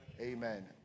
Amen